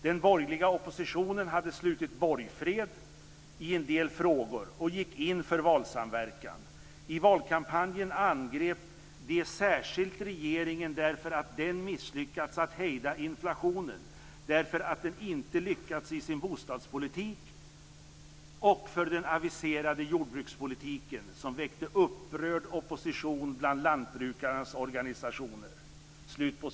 Den borgerliga oppositionen hade slutit borgfred i en del frågor och gick in för valsamverkan; i valkampanjen angrep de särskilt regeringen därför att den misslyckats att hejda inflationen, därför att den inte lyckats i sin bostadspolitik och för den aviserade jordbrukspolitiken, som väckte upprörd opposition bland lantbrukarnas organisationer."